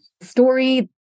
story